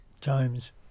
Times